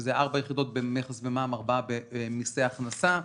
שזה ארבע יחידות במכס ומע"מ וארבע במיסי הכנסה.